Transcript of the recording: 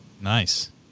Nice